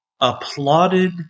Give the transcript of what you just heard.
applauded